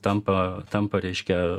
tampa tampa reiškia